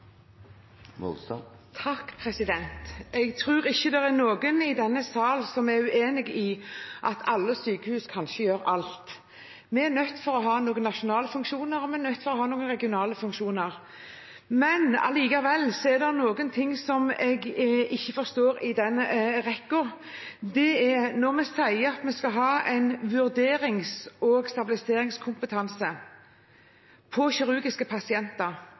noen i denne sal som er uenig i at alle sykehus ikke kan gjøre alt. Vi er nødt til å ha noen nasjonale funksjoner, og vi er nødt til å ha noen regionale funksjoner. Likevel er det noe jeg ikke forstår i denne rekken. Vi sier at vi skal ha en vurderings- og stabiliseringskompetanse på kirurgiske pasienter,